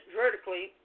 vertically